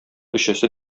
өчесе